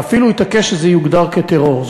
ואפילו התעקש שזה יוגדר כטרור.